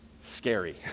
Scary